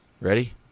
Ready